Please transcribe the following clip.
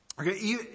Okay